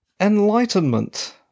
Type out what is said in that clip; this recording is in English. Enlightenment